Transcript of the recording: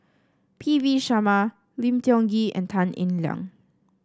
P V Sharma Lim Tiong Ghee and Tan Eng Liang